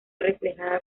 reflejada